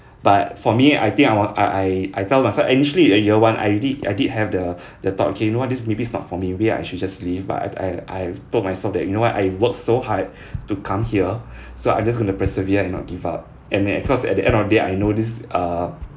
but for me I think I would I I tell myself initially in year one I did I did have the the thought okay you know what this maybe this is not for me maybe I should just leave but I I I told myself that you know what I've worked so hard to come here so I'm just going to persevere and not give up and then of course at the end of the day I know this uh